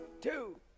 two